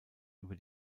über